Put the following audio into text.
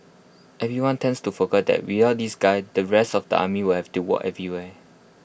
everyone tends to forgot that without these guys the rest of the army will have to walk everywhere